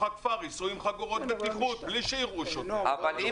הכפר ייסעו עם חגורות בטיחות בלי שיראו שוטר.